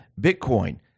Bitcoin